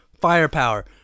firepower